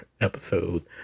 episode